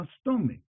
stomach